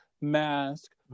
mask